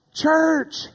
Church